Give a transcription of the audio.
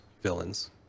villains